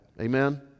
Amen